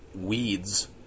weeds